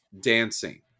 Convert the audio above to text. dancing